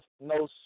no